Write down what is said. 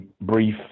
brief